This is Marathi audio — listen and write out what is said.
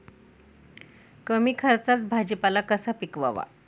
कमी खर्चात भाजीपाला कसा पिकवावा?